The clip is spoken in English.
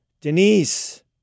Denise